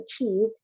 achieved